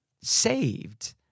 saved